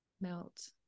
melt